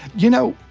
you know,